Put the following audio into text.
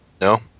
No